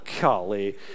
Golly